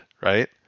right